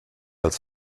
als